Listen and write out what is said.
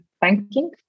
banking